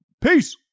peace